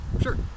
Sure